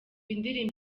indirimbo